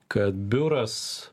kad biuras